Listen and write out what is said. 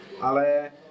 ale